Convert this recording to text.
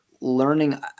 learning